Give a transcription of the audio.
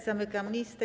Zamykam listę.